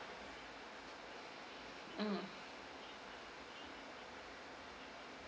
mm